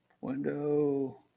Window